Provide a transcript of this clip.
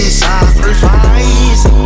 sacrifice